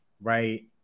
right